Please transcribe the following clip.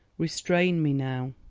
restrain me now!